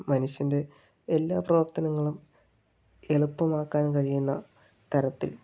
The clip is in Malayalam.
മനുഷ്യൻ്റെ എല്ലാ പ്രവർത്തനങ്ങളും എളുപ്പമാക്കാൻ കഴിയുന്ന തരത്തിൽ